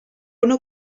una